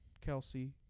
Kelsey